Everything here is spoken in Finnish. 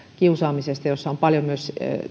kiusaamisesta jossa on paljon myös